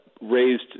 raised